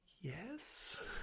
Yes